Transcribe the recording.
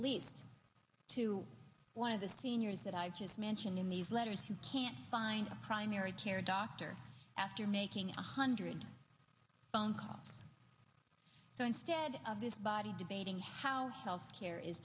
lead to one of the seniors that i just mentioned in these letters you can't find a primary care doctor after making a hundred phone call so instead of this body debating how health care is